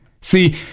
See